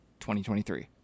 2023